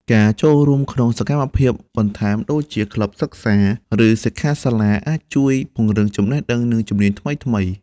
ការចូលរួមក្នុងសកម្មភាពបន្ថែមដូចជាក្លឹបសិក្សា ឬសិក្ខាសាលាអាចជួយពង្រឹងចំណេះដឹង និងជំនាញថ្មីៗ។